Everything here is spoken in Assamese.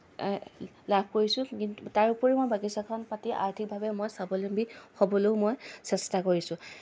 লাভ কৰিছোঁ কিন্তু তাৰোপৰি মই বাগিছাখন পাতি মই আৰ্থিকভাৱে মই স্বাৱলম্বী হ'বলৈও মই চেষ্টা কৰিছোঁ